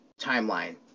timeline